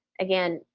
again,